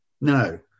No